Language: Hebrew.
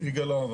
שמי יגאל להב.